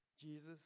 Jesus